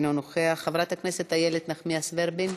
אינו נוכח, חברת הכנסת אילת נחמיאס ורבין,